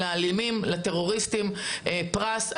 האלימים הטרוריסטים פרס.